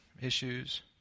issues